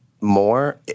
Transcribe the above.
more